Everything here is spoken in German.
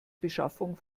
beschaffung